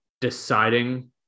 deciding